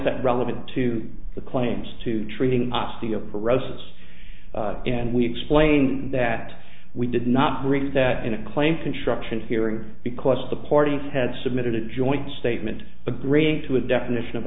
that relevant to the claims to treating osteo paralysis and we explain that we did not bring that in a claim construction hearing because the parties had submitted a joint statement agreeing to a definition of